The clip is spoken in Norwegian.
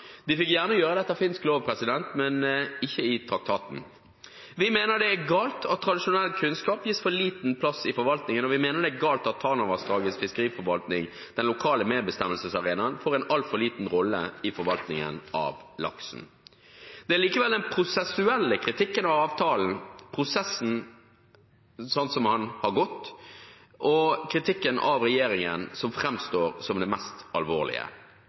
De fikk gjerne gjøre det etter finsk lov, men ikke i traktaten. Vi mener det er galt at tradisjonell kunnskap gis for liten plass i forvaltningen, og vi mener det er galt at Tanavassdragets fiskeforvaltning, den lokale medbestemmelsesarenaen, får en altfor liten rolle i forvaltningen av laksen. Det er likevel den prosessuelle kritikken av avtalen og prosessen som har vært, og kritikken av regjeringen som framstår som det mest alvorlige.